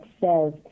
says